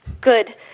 Good